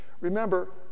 Remember